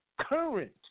current